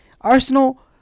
Arsenal